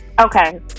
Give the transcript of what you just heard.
Okay